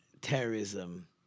terrorism